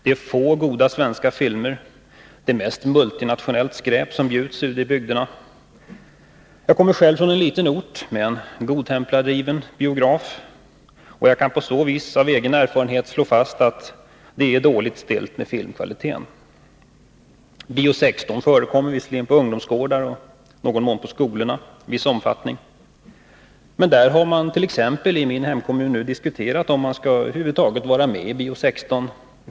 Det finns få goda svenska filmer, och det är mest multinationellt skräp som bjuds ute i bygderna. Jag kommer själv från en liten ort med en godtemplardriven biograf. Jag kan på så vis av egen erfarenhet slå fast att det är dåligt ställt med filmkvaliteten. Bio 16 förekommer visserligen på ungdomsgårdar och i viss omfattning i skolor, men i t.ex. min hemkommun har man nu diskuterat om man i fortsättningen över huvud taget skall vara med i Bio 16.